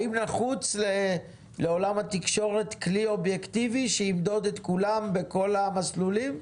האם נחוץ לעולם התקשורת כלי אובייקטיבי שימדוד את כולם בכל המסלולים?